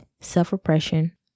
self-repression